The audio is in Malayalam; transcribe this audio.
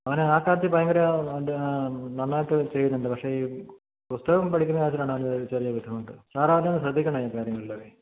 അവന് ആ കാര്യത്തിൽ ഭയങ്കര നന്നായിട്ട് ചെയ്യുന്നുണ്ട് പക്ഷേ ഈ പുസ്തകം പഠിക്കുന്ന കാര്യത്തിലാണ് അവന് ചെറിയ ബുദ്ധിമുട്ട് സാർ അവനെയൊന്ന് ശ്രദ്ധിക്കണം ഈ കാര്യങ്ങളിലെ